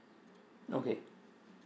okay